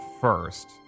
first